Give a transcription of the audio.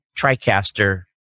TriCaster